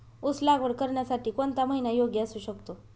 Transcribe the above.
ऊस लागवड करण्यासाठी कोणता महिना योग्य असू शकतो?